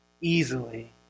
easily